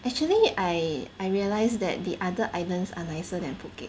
actually I I realize that the other islands are nicer than Phuket